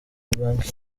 bank